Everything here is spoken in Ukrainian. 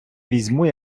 візьму